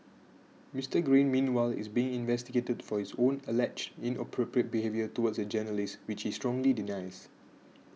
Mister Green meanwhile is being investigated for his own alleged inappropriate behaviour towards a journalist which he strongly denies